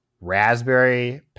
Raspberry